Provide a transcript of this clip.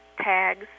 tags